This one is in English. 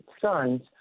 sons